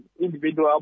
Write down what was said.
individual